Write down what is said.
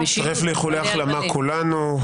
נצטרף לאיחולי החלמה כולנו.